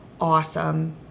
awesome